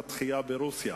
ומלבישה את מסכת הגז ב-1991,